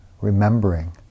remembering